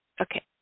okay